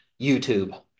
YouTube